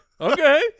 Okay